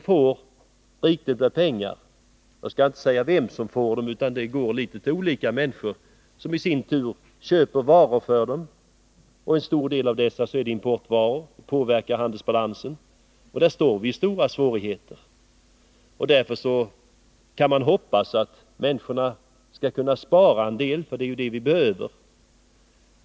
De får rikligt med pengar. Jag skall inte säga vem som får dessa pengar. De går till litet olika människor, som i sin tur köper varor för dem. Och en stor del av dessa är importvaror, vilket påverkar handelsbalansen. Och där står vi med stora svårigheter! Därför kan man hoppas att människorna skall kunna spara en del. — Det är ju det vi behöver.